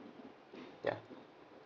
ya